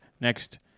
next